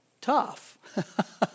tough